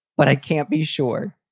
but i can't be sure.